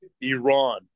Iran